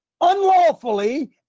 unlawfully